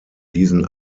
diesen